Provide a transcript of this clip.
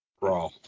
Raw